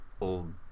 old